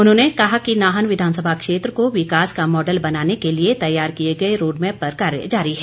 उन्होंने कहा कि नाहन विधानसभा क्षेत्र को विकास का मॉडल बनाने के लिए तैयार किए गए रोडमैप पर कार्य जारी है